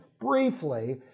briefly